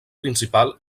principal